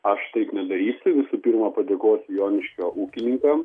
aš taip nedarysiu visų pirma padėkosiu joniškio ūkininkam